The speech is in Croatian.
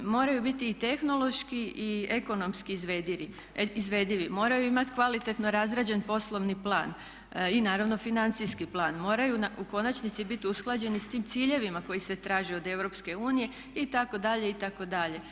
Moraju biti i tehnološki i ekonomski izvedivi, moraju imati kvalitetno razrađen poslovni plan i naravno financijski plan, moraju u konačnici biti usklađeni sa tim ciljevima koji se traže od Europske unije itd., itd.